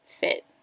fit